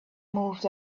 moved